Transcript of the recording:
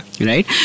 right